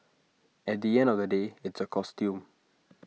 at the end of the day it's A costume